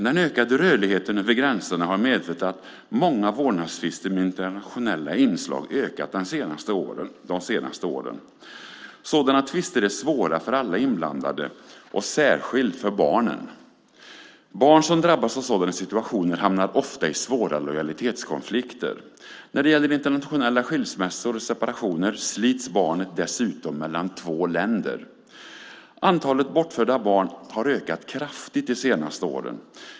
Den ökade rörligheten över gränserna har medfört att många vårdnadstvister med internationella inslag ökat de senaste åren. Sådana tvister är svåra för alla inblandade och särskilt för barnen. Barn som drabbas av sådana situationer hamnar ofta i svåra lojalitetskonflikter. När det gäller internationella skilsmässor och separationer slits barnet dessutom mellan två länder. Antalet bortförda barn har ökat kraftigt de senaste åren.